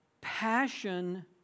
Passion